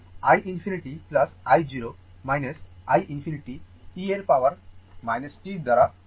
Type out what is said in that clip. i ∞ i 0 i ∞ e এর power t দ্বারা tau